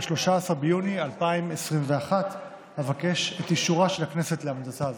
13 ביוני 2021. אבקש את אישורה של הכנסת להמלצה זו.